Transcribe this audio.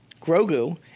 Grogu